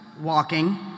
walking